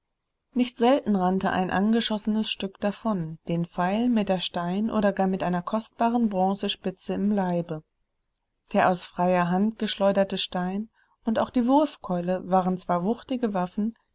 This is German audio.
nicht selten rannte ein angeschossenes stück davon den pfeil mit der stein oder gar mit einer kostbaren bronzespitze im leibe der aus freier hand geschleuderte stein und auch die wurfkeule waren zwar wuchtige waffen